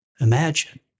Imagine